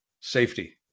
Safety